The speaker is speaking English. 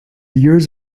years